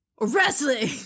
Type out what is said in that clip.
Wrestling